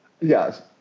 Yes